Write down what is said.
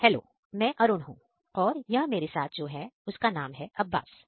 hello मैं अरुण हूं और यह मेरे साथ जो है उसका नाम अब्बास है